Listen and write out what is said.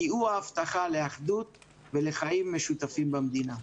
כי הוא ההבטחה לאחדות ולחיים משותפים במדינה.